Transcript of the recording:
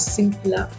Simple